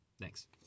thanks